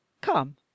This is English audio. come